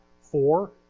Four